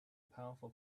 powerful